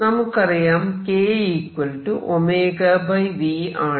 നമുക്കറിയാം k v ആണെന്ന്